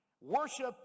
Worship